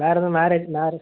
வேறு ஏதுவும் marriage marriage